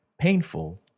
painful